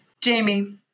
Jamie